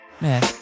Man